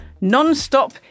Non-stop